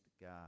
God